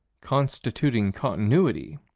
constituting continuity,